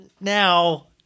now